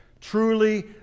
Truly